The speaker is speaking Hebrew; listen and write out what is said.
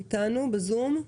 איתנו בזום.